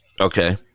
okay